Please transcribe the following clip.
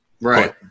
Right